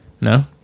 no